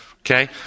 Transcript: Okay